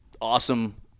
awesome